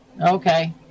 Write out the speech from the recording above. Okay